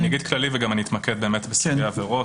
אני אומר כללי ואני גם אתמקד בסוגי העבירות.